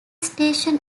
station